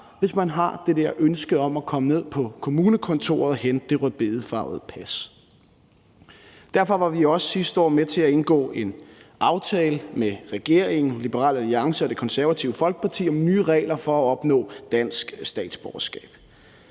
hvis man har det der ønske om at komme ned på kommunekontoret og hente det rødbedefarvede pas. Derfor var vi også sidste år med til at indgå en aftale med regeringen, Liberal Alliance og Det Konservative Folkeparti om nye regler for at opnå dansk statsborgerskab.